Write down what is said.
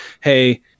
hey